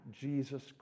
Jesus